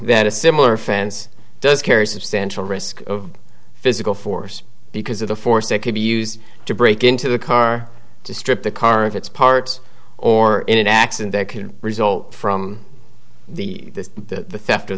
that a similar offense does carry a substantial risk of physical force because of the force that could be used to break into the car to strip the car of its parts or in an accident that could result from the the theft o